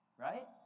right